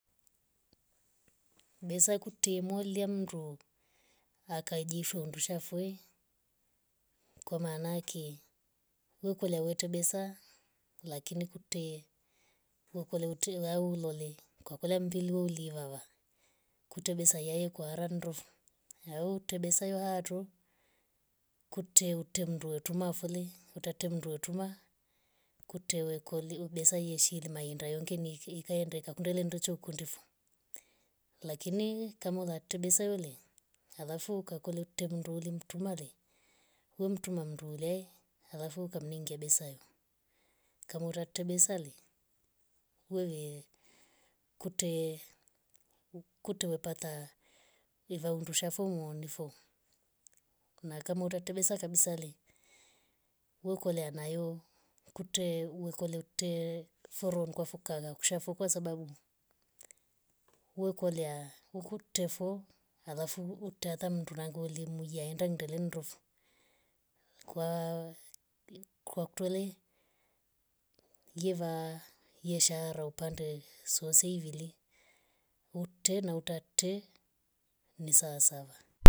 Besa kutye yemolia mndo akajishundusha fooi. kwa maana ake ukolawete besa lakini kutwe ukolowete au ulole kwa kulwa mvilwa ulivava. kute besa iyaya kwa handrovu au ute besa iyo hsto kute ute mndo tuma fole utate ndwe tuma kutewe koli besa yeshilima mainda iyongeni ikaenda ikakunduleche ukondifu lakini kama ulakte nesa ule alafu ukakolekte mndu ulimtuma le ho mtuma ndule alafu ukamninge besa yo kama utautre besa le wewe kute- kutwe wefata ivaundusha foo nungifo na kama utate besa kabisa le wekolya nayo kutwe wekolukte foro ungwafo kaka kshafo kwasababu wekolya hukukte foo alafu uta hata mndu nanguliya ye muya enda ndelendrofo kwa kwaktole yeva yeshara upande sousivile ute utena utete ni saa sava